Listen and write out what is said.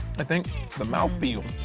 i think the mouth feel